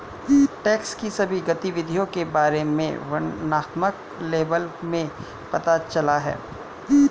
tax की सभी गतिविधियों के बारे में वर्णनात्मक लेबल में पता चला है